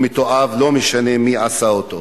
רצח הוא מתועב, לא משנה מי עשה אותו.